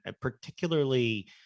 particularly